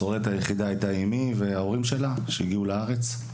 השורדת היחידה הייתה אמי וההורים שלה שהגיעו לארץ.